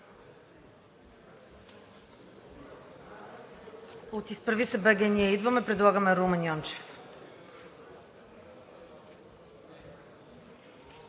От „Изправи се БГ! Ние идваме!“ предлагаме Румен Йончев.